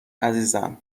عزیزم